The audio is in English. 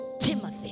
Timothy